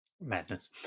Madness